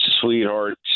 sweetheart